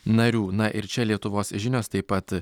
narių na ir čia lietuvos žinios taip pat